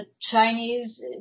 Chinese